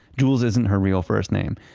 jules isn't her real first name.